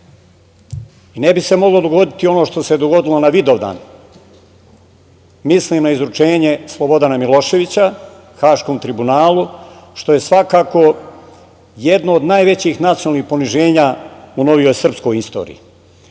Ne bi se moglo dogoditi ono što se dogodilo na Vidovdan, mislim na izručenje Slobodana Miloševića Haškom tribunalu, što je svakako jedno od najvećih nacionalnih poniženja u novijoj srpskoj istoriji. Sada